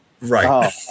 Right